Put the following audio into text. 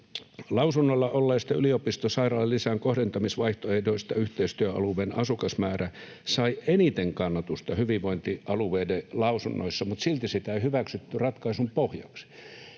Lausunnolla olleista yliopistosairaalalisän kohdentamisvaihtoehdoista yhteistyöalueen asukasmäärä sai eniten kannatusta hyvinvointialueiden lausunnoissa, mutta silti sitä ei hyväksytty ratkaisun pohjaksi.